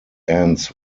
ends